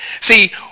See